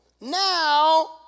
now